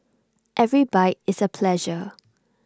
every bite is A pleasure